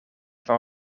van